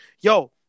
yo